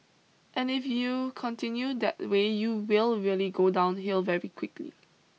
and if you continue that the way you will really go downhill very quickly